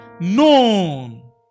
known